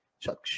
Chuck